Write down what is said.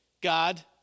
God